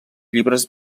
llibres